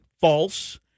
false